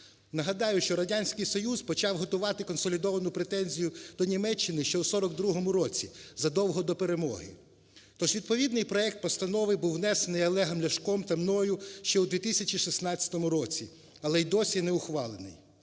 Нагадаю, що Радянський Союз почав готувати консолідовану претензію до Німеччини ще в 1942 році, задовго до перемоги, тож відповідний проект постанови був внесений Олегом Ляшком та мною ще у 2016 році, але й досі не ухвалений.